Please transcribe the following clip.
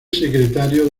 secretario